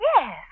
Yes